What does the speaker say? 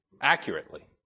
accurately